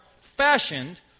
fashioned